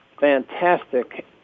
fantastic